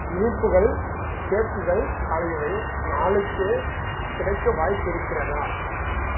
இனிப்புகள் கேக்குகள் ஆகியவை நாளைக்கே கிடைக்க வாய்ப்பு இருக்கிறதா